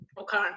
okay